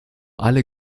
alle